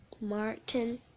Martin